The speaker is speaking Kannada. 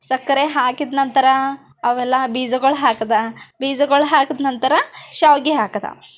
ಸಕ್ಕರೆ ಹಾಕಿದ ನಂತರ ಅವೆಲ್ಲ ಬೀಜಗಳು ಹಾಕಿದ ಬೀಜಗಳು ಹಾಕಿದ ನಂತರ ಶಾವಿಗೆ ಹಾಕದ